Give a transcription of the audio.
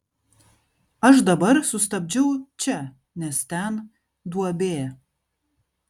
aš dabar sustabdžiau čia nes ten duobė